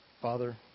Father